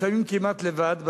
לפעמים כמעט לבד,